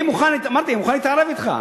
אמרתי שאני מוכן להתערב אתך.